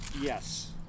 Yes